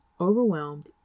overwhelmed